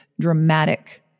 dramatic